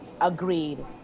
Agreed